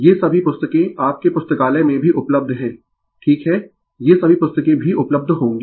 ये सभी पुस्तकें आपके पुस्तकालय में भी उपलब्ध है ठीक है ये सभी पुस्तकें भी उपलब्ध होंगी